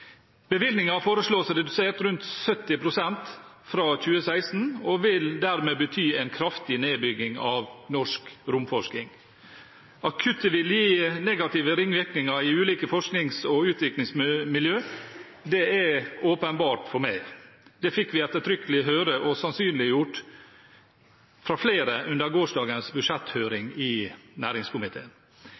foreslås redusert med rundt 70 pst. fra 2016 og vil dermed bety en kraftig nedbygging av norsk romforskning. At kuttet vil gi negative ringvirkninger i ulike forsknings- og utviklingsmiljø, er åpenbart for meg. Det fikk vi ettertrykkelig høre og sannsynliggjort fra flere under gårsdagens budsjetthøring i næringskomiteen.